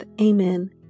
Amen